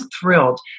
thrilled